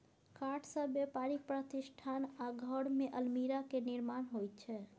काठसँ बेपारिक प्रतिष्ठान आ घरमे अलमीरा केर निर्माण होइत छै